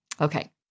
Okay